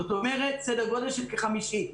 זאת אומרת, סדר-גודל של כחמישית.